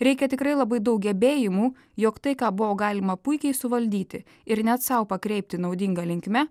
reikia tikrai labai daug gebėjimų jog tai ką buvo galima puikiai suvaldyti ir net sau pakreipti naudinga linkme